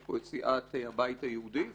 יש פה את סיעת הבית היהודי,